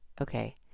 okay